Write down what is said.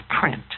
print